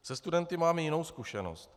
Se studenty mám i jinou zkušenost.